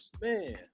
man